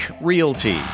Realty